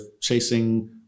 chasing